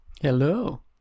Hello